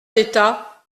d’état